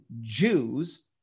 Jews